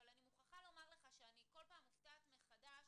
אבל אני מוכרחה לומר לך שאני כל פעם מופתעת מחדש